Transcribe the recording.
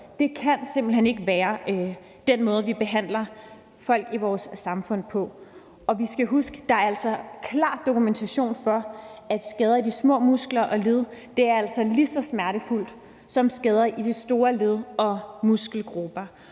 Det kan simpelt hen ikke være den måde, vi behandler folk på i vores samfund. Vi skal huske, at der er klar dokumentation for, at skader i de små muskler og led altså er lige så smertefulde som skader i de store led og muskelgrupper.